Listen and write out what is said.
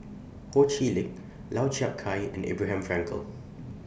Ho Chee Lick Lau Chiap Khai and Abraham Frankel